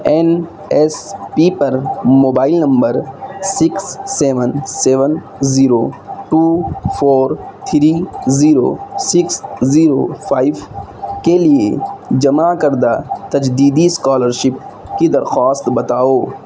N S P پر mobile number six seven seven zero two four three zero six zero five کے لیے جمع کردہ تجدیدی اسکالرشپ کی درخواست بتاؤ